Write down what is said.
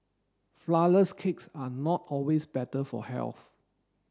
flourless cakes are not always better for health